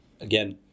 again